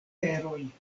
teroj